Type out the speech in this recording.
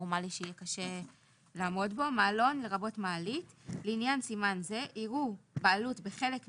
פרשנות סימן ב' 9ב. בסימן ז "בעלות"